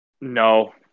No